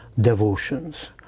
devotions